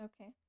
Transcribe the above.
Okay